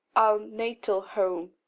natal home,